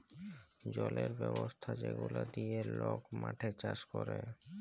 জলের ব্যবস্থা যেগলা দিঁয়ে লক মাঠে চাষ ক্যরে